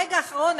ברגע האחרון,